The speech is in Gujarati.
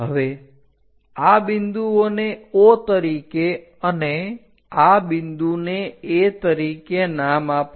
હવે આ બિંદુઓને O તરીકે અને આ બિંદુને A તરીકે નામ આપો